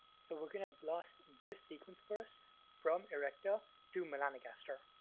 so we're going to blast this sequence first from erecta to melanogaster,